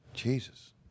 Jesus